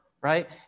right